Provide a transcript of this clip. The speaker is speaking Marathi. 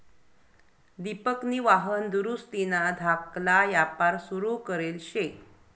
दिपकनी वाहन दुरुस्तीना धाकला यापार सुरू करेल शे